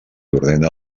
ordena